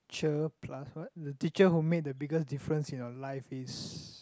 cheer plus what the teacher who made the biggest difference in your life is